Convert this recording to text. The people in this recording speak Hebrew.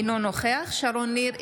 אינו נוכח שרון ניר,